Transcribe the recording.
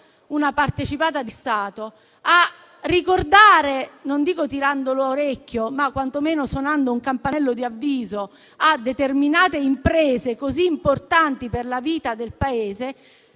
una partecipata di Stato, a ricordare - non dico tirando l'orecchio, ma quantomeno suonando un campanello di avviso - a determinate imprese così importanti per la vita del Paese